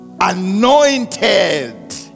anointed